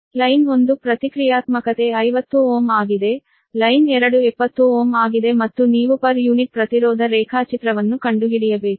line 1 ಪ್ರತಿಕ್ರಿಯಾತ್ಮಕತೆ 50Ω ಆಗಿದೆ line 2 70 Ω ಆಗಿದೆ ಮತ್ತು ನೀವು ಪರ್ ಯೂನಿಟ್ ಪ್ರತಿರೋಧ ರೇಖಾಚಿತ್ರವನ್ನು ಕಂಡುಹಿಡಿಯಬೇಕು